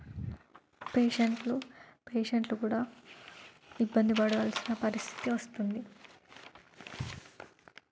పేషెంట్లు పేషెంట్లు కూడా ఇబ్బంది పడవలసిన పరిస్థితి వస్తుంది